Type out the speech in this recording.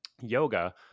yoga